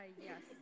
Yes